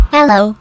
Hello